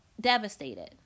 devastated